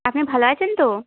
আপনি ভালো আছেন তো